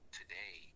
today